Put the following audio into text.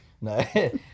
no